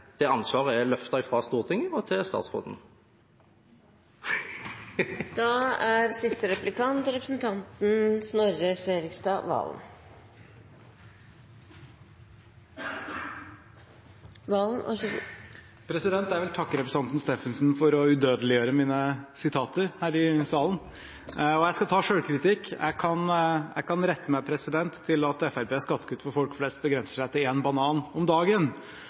det ansvaret er løftet fra Stortinget og til statsråden. Jeg vil takke representanten Steffensen for å udødeliggjøre mine sitater her i salen. Og jeg skal ta selvkritikk: Jeg kan rette meg til at Fremskrittspartiets skattekutt for folk flest begrenser seg til en banan om dagen,